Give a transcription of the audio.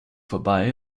vorbei